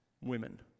Women